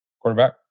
Quarterback